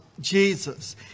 Jesus